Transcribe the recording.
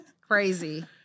crazy